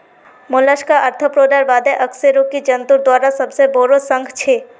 Mollusca आर्थ्रोपोडार बादे अकशेरुकी जंतुर दूसरा सबसे बोरो संघ छे